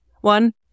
one